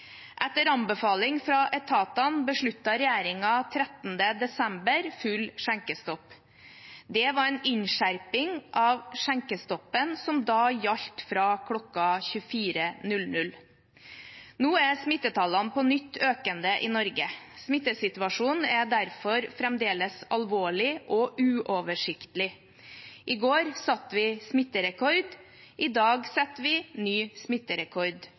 Etter anbefaling fra etatene besluttet regjeringen 13. desember full skjenkestopp. Dette var en innskjerping av skjenkestoppen som da gjaldt fra kl. 24.00. Nå er smittetallene på nytt økende i Norge. Situasjonen er derfor fremdeles alvorlig og uoversiktlig. I går satte vi smitterekord, i dag setter vi ny smitterekord